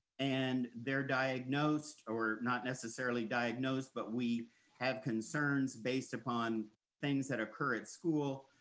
and they're diagnosed or not necessarily diagnosed, but we have concerns based upon things that occur at school,